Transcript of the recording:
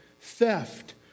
theft